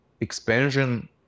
expansion